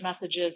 messages